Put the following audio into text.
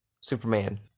Superman